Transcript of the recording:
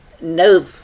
No